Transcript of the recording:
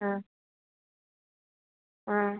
ആ ആ